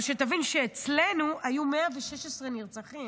אבל תבין שאצלנו היו 116 נרצחים.